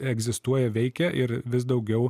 egzistuoja veikia ir vis daugiau